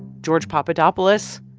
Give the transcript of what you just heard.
george papadopoulos,